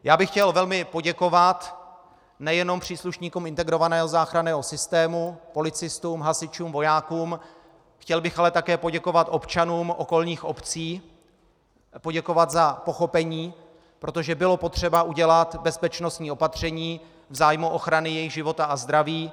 Já bych chtěl velmi poděkovat nejenom příslušníkům integrovaného záchranného systému, policistům, hasičům, vojákům, chtěl bych ale také poděkovat občanům okolních obcí, poděkovat za pochopení, protože bylo potřeba udělat bezpečnostní opatření v zájmu ochrany jejich života a zdraví.